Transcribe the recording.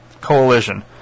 coalition